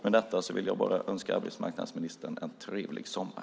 Med detta vill jag bara önska arbetsmarknadsministern en trevlig sommar.